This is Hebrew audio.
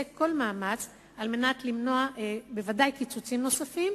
כל מאמץ על מנת למנוע בוודאי קיצוצים נוספים,